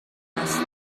است